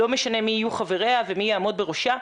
לא משנה מי יהיו חבריה ומי יעמוד בראשה,